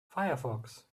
firefox